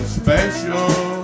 special